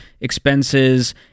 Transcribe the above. expenses